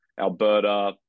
alberta